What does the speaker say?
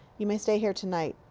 you may stay here tonight.